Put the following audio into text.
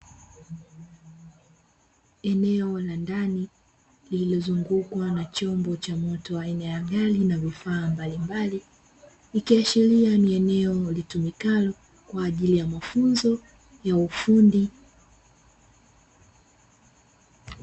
Eneo la ndani lililozungukwa na chombo cha moto aina ya gari na vifaa mbalimbali ikiashiria ni eneo litumikalo kwa ajili ya mafunzo ya ufundi.